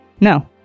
no